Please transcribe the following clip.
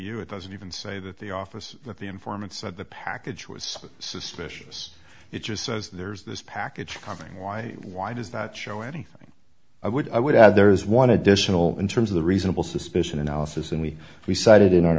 you it doesn't even say that the office of the informant said the package was suspicious it just says there's this package coming why why does that show anything i would i would add there is one additional in terms of the reasonable suspicion analysis and we we cited in